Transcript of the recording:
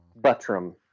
Buttram